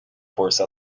force